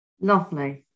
Lovely